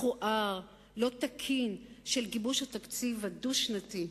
מכוער ולא תקין של גיבוש התקציב הדו-שנתי.